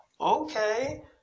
okay